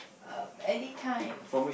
um any kind